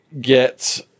get